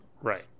right